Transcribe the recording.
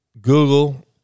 Google